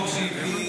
החוק שהביא,